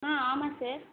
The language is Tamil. ஆ ஆமாம் சார்